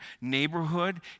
neighborhood